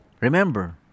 remember